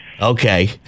Okay